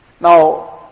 Now